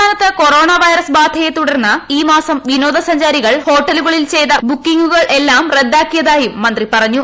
സംസ്ഥാനത്ത് corona virus ബാധയെ തുടർന്ന് ഈ മാസം വിനോദസഞ്ചാരികൾ ഹോട്ടലുകളിൽ ചെയ്ത ബുക്കിംഗുകളെല്ലാം റദ്ദാക്കിയതായും മന്ത്രി പറഞ്ഞു